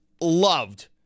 loved